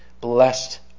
Blessed